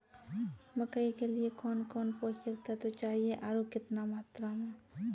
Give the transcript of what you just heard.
मकई के लिए कौन कौन पोसक तत्व चाहिए आरु केतना मात्रा मे?